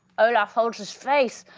olaf holds his face.